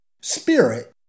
Spirit